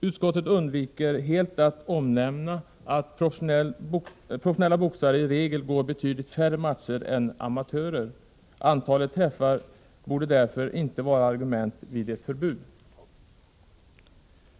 Utskottet undviker helt att omnämna att professionella boxare i regel går betydligt färre matcher än amatörer. Antalet träffar borde därför inte utgöra argument för ett förbud.